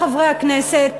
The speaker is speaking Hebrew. חברי חברי הכנסת,